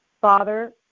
Father